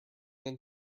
than